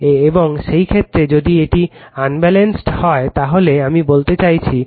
এবং সেই ক্ষেত্রে যদি এটি আনব্যালেন্সড হয় তাহলে আমি বলতে চাইছি সময় রেফার করুন 3232